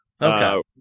Okay